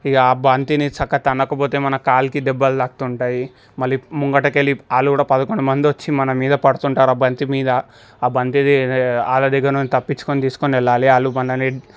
ఇక బంతిని చక్కగ తన్నకపోతే మన కాలికి దెబ్బలు తాకుతుంటాయి మళ్ళీ ముందరికి వెళ్ళి వాళ్ళు కూడా పదకుండు మంది వచ్చి మన మీద పడతుంటారు బంతి మీద బంతిది వాళ్ళ దగ్గర నుంచి తప్పించుకొని తీసుకోని వెళ్ళాలి వాళ్ళు మనని